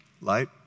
Light